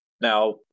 Now